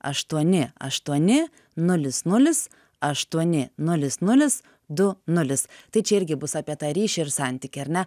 aštuoni aštuoni nulis nulis aštuoni nulis nulis du nulis tai čia irgi bus apie tą ryšį ir santykį ar ne